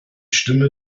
stimme